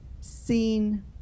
seen